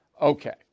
Okay